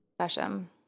session